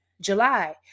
July